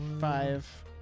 Five